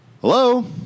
Hello